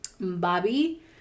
Bobby